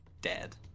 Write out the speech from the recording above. Dead